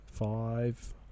Five